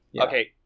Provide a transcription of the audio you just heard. Okay